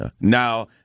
Now